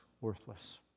worthless